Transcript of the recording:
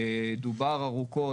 דובר ארוכות,